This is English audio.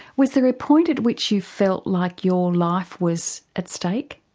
was there a point at which you felt like your life was at stake?